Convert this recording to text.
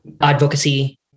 advocacy